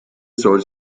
soll